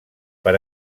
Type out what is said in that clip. per